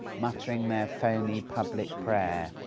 muttering their phoney public prayer.